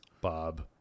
Bob